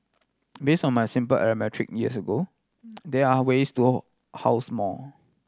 base on my simple arithmetic years ago there are ways to all house more